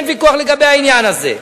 אין ויכוח לגבי העניין הזה.